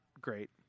great